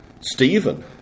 Stephen